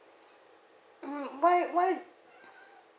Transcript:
mm why why